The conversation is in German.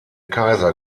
kaiser